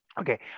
okay